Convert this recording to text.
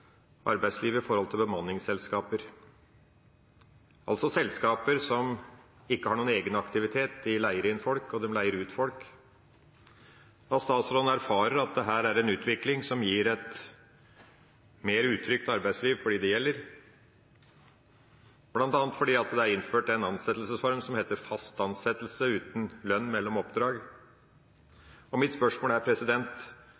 arbeidslivet når det gjelder bemanningsselskaper, altså selskaper som ikke har noen egen aktivitet, de leier inn folk, og de leier ut folk, og at statsråden erfarer at dette er en utvikling som gir et mer utrygt arbeidsliv for dem det gjelder, bl.a. fordi det er innført en ansettelsesform som heter fast ansettelse uten lønn mellom oppdrag. Mitt spørsmål er: